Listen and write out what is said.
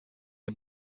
est